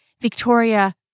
Victoria